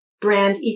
brand